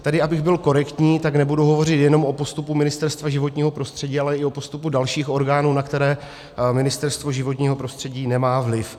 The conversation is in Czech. Tedy abych byl korektní, tak nebudu hovořit jenom o postupu Ministerstva životního prostředí, ale i o postupu dalších orgánů, na které Ministerstvo životního prostředí nemá vliv.